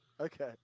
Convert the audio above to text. Okay